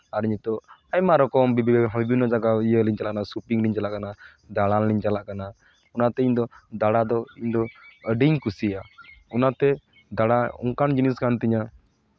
ᱟᱨ ᱱᱤᱛᱚᱜ ᱟᱭᱢᱟ ᱨᱚᱠᱚᱢ ᱵᱤᱵᱷᱤᱱᱱᱚ ᱡᱟᱭᱜᱟ ᱤᱭᱟᱹ ᱞᱤᱧ ᱪᱟᱞᱟᱣᱱᱟ ᱥᱚᱯᱤᱝ ᱞᱤᱧ ᱪᱟᱞᱟᱜ ᱠᱟᱱᱟ ᱫᱟᱬᱟᱱ ᱞᱤᱧ ᱪᱟᱞᱟᱜ ᱠᱟᱱᱟ ᱚᱱᱟᱛᱮ ᱤᱧᱫᱚ ᱫᱟᱬᱟ ᱫᱚ ᱤᱧᱫᱚ ᱟᱹᱰᱤᱧ ᱠᱩᱥᱤᱭᱟᱜᱼᱟ ᱚᱱᱟᱛᱮ ᱫᱟᱬᱟ ᱚᱱᱠᱟᱱ ᱡᱤᱱᱤᱥ ᱠᱟᱱ ᱛᱤᱧᱟ